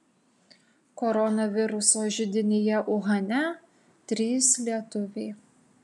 koronaviruso židinyje uhane trys lietuviai